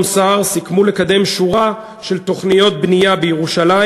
סער סיכמו לקדם שורה של תוכניות בנייה בירושלים.